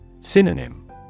Synonym